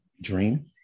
Dream